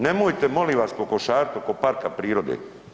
Nemojte molim vas kokošariti oko parka prirode.